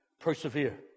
persevere